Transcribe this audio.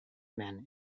men